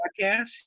podcast